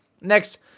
Next